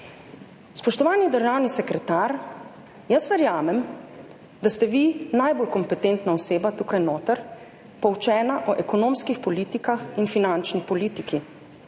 Spoštovani državni sekretar, jaz verjamem, da ste vi najbolj kompetentna oseba tukaj noter, poučena o ekonomskih politikah in finančni politiki.